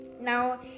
Now